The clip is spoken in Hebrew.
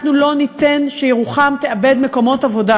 אנחנו לא ניתן שירוחם תאבד מקומות עבודה,